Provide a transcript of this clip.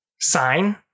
Sign